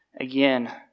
Again